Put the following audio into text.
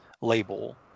label